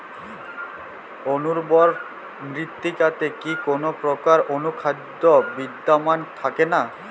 অনুর্বর মৃত্তিকাতে কি কোনো প্রকার অনুখাদ্য বিদ্যমান থাকে না?